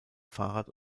fahrrad